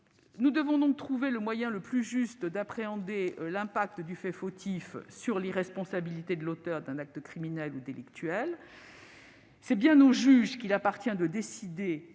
Nous devons trouver le moyen le plus juste d'appréhender les effets du fait fautif sur l'irresponsabilité de l'auteur d'un acte criminel ou délictuel. C'est bien au juge qu'il appartient de décider